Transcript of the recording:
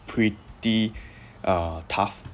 pretty uh tough